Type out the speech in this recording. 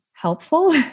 helpful